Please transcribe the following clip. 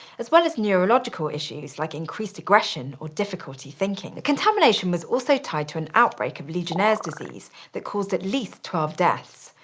as well as neurological issues like increased aggression or difficulty thinking. the contamination was also tied to an outbreak of legionnaires' diseases that caused at least twelve deaths.